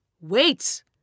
Wait